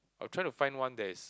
I'll try to find one that is